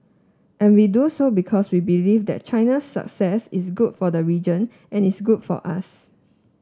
and we do so because we believe that China's success is good for the region and is good for us